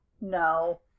no